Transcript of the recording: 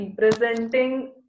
representing